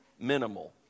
minimal